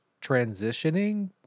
transitioning